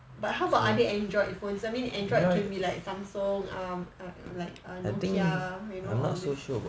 but how about other android phones I mean android can be like samsung um err like err nokia you know all these